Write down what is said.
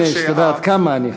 שתדע עד כמה אני חבר.